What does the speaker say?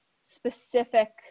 specific